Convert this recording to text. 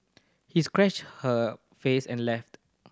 he scratched her face and left